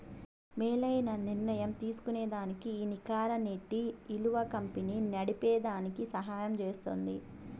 మేలైన నిర్ణయం తీస్కోనేదానికి ఈ నికర నేటి ఇలువ కంపెనీ నడిపేదానికి సహయం జేస్తుంది